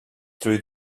through